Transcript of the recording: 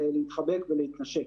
להתחבק ולהתנשק.